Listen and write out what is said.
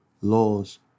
laws